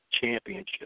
championship